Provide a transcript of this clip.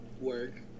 work